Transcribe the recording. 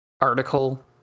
article